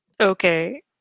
Okay